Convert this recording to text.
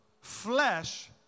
flesh